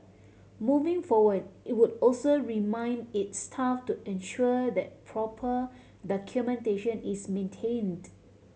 moving forward it would also remind its staff to ensure that proper documentation is maintained